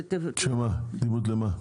קדימות במה?